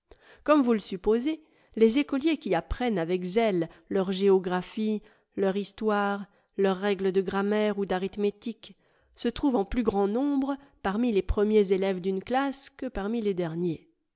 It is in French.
comme vous le supposez les écoliers qui apprennent avec zèle leur géographie leur histoire leurs règles de grammaire ou d'arithmétique se trouvent en plus grand nombre parmi les premiers élèves d'une classe que parmi les derniers